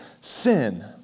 sin